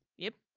yep.